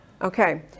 Okay